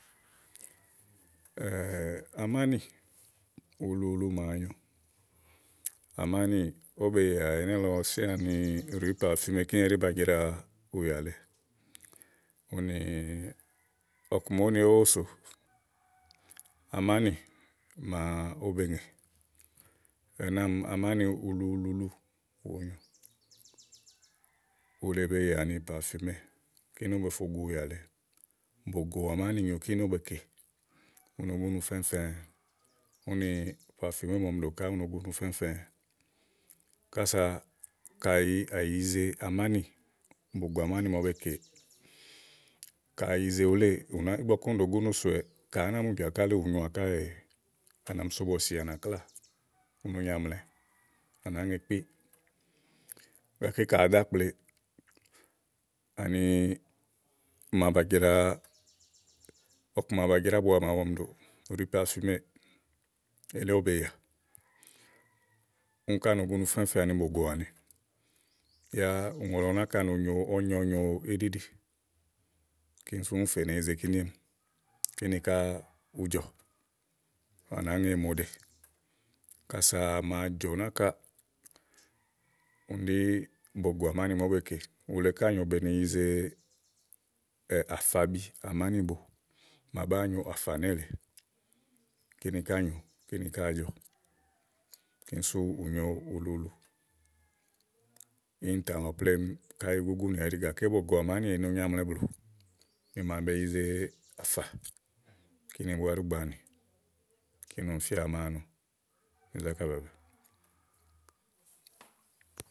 amánì ulu ulu màa nyo, amánì ówó be yìà ɛnɛlɔ sĩã ni rìí parfuiméè úni ɛɖí ba jra ùyà lèe úni ɔku ma úni úni sò amánì màa ówó be ŋè ɛnɛ́ àámi amáni uluuluulu wòó nyo ule be yìàni parfùìméè, kíni ówó bo fo gu ùyà lèe. bògò ámánì nyòo kíni ówó be kè, ú no gúnu fɛ́fɛ̃ úni parfùìméè màa ɔmi ɖò ká no gúnu fɛ́fɛ̃. kása ka à yize amánì bògò àmánì màabe kè, ka àyize wuléè u nàáa, ígbɔké úni ɖòo súnù so wo, ka à nà mu jákálì wunyoà káèè à nà mi so bɔ̀sì à nà kláà u no nyaàmlɛ, à nàá ŋe kpíelílɔké ka àá dá ákple ani màa bàa jra ɔku ma ba jra ábua màawu ɔmi ɖò rìí parfùìméè elí ówó be yìà, úni ká no gúnu fɛ́fɛ̃ ani bògò àmánì yá ùŋò lɔ náka nòo ɔ̀nyɔ nyo íɖi íɖì, kíni sú úni fè nèe yize kínì. kíni ká ùú jɔ à nàá ŋe mòoɖe kása màa jɔ̀ náka úni ɖí bògò ámánì máa ówó be kè ule ká nyòo be ni yize àfabi àmánìbo màa bàáa nyo àfà nélèe. kíni ká nyòo kíni ká àá jɔ kíni súù nyo ulu ulu íìntã lɔ lɔ plémú káyi ugúgúnì ɛɖíì gàké bògò àmánì nyaàmlɛ blù nì màa be yize àfà kíni búá ɖi ùgbà ani kíni ɔmi fíà nàáa nɔ bi zákà bɛ̀ɛ̀ɛ̀bɛ.